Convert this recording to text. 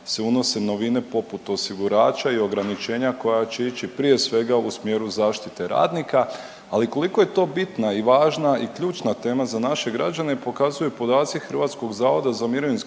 Hrvatskog zavoda za mirovinsko